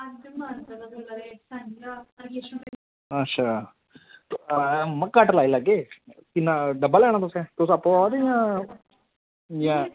अच्छा घट्ट लाई लैगे किन्ना डब्बा लैना तुसें तुस आपूं अवा दे जां